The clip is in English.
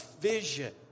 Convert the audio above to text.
vision